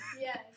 Yes